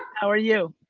how are you,